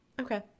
Okay